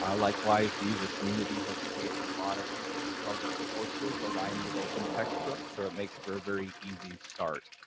ah likewise the user community has created a lot of sort of starter courses, aligned with open textbooks, so it makes for a very easy start.